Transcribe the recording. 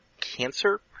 Cancer